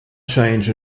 change